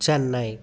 Chennai